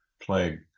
plague